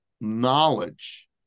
knowledge